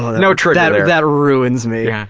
no trigger yeah there. that ruins me. yeah